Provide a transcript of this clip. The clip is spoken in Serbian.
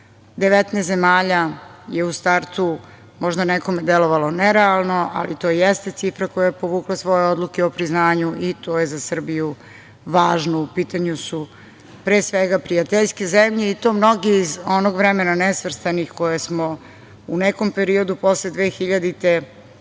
zemalja je u startu možda nekome delovalo nerealno, ali to jeste cifra koja je povukla svoje odluke o priznanju i to je za Srbiju važno. U pitanju su pre svega prijateljske zemlje, i to mnoge iz onog vremena nesvrstanih koje smo u nekom periodu posle 2000.